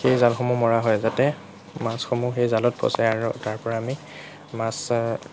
সেই জালসমূহ মৰা হয় যাতে মাছসমূহ সেই জালত ফঁচে আৰু তাৰ পৰা আমি মাছ